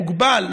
מוגבל,